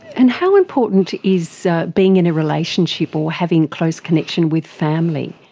and how important is being in a relationship or having close connection with family?